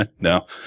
No